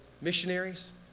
missionaries